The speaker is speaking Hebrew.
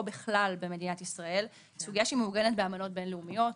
בכלל במדינת ישראל היא סוגיה שמעוגנת באמנות בין לאומיות,